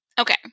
Okay